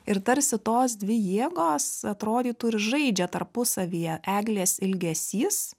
ir tarsi tos dvi jėgos atrodytų ir žaidžia tarpusavyje eglės ilgesys